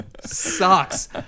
sucks